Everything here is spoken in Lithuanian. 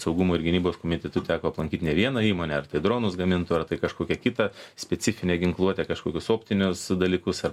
saugumo ir gynybos komitetui teko aplankyt ne vieną įmonę ar tai dronus gamintų ar kažkokią kitą specifinę ginkluotę kažkokius optinius dalykus ar